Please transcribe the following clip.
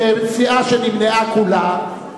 כסיעה שנמנעה כולה,